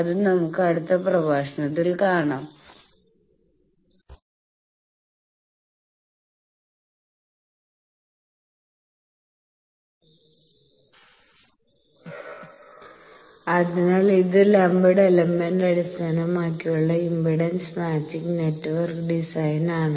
അത് നമുക്ക് അടുത്ത പ്രഭാഷണത്തിൽ കാണാം അതിനാൽ ഇത് ലംപ്ഡ് എലമെന്റ് അടിസ്ഥാനമാക്കിയുള്ള ഇംപെഡൻസ് മാച്ചിംഗ് നെറ്റ്വർക്ക് ഡിസൈനാണ്